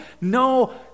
no